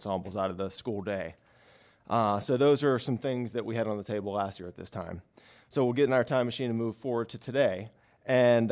samples out of the school day so those are some things that we had on the table last year at this time so we're getting our time machine to move forward to today and